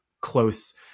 close